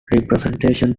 representation